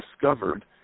discovered